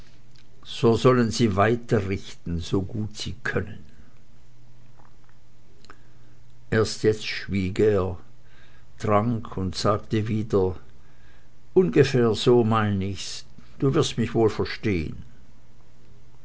so sollen sie weiter richten so gut sie können erst jetzt schwieg er trank und sagte wieder ungefähr so mein ich's du wirst mich wohl verstehen